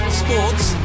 sports